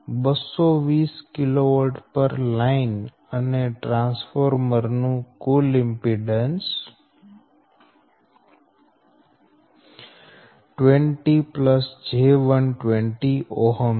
220 kV પર line અને transformer નું કુલ ઇમ્પીડેન્સ 20 j120 Ω છે